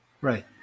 Right